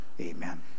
Amen